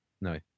No